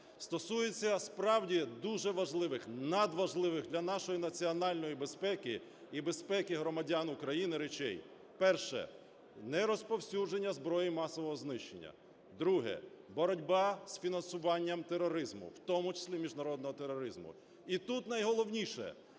стосується справді дуже важливих, надважливих для нашої національної безпеки і безпеки громадян України речей. Перше – нерозповсюдження зброї масового знищення. Друге – боротьба з фінансуванням тероризму, в тому числі міжнародного тероризму. І тут найголовніше.